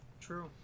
True